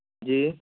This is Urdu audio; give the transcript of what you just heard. جی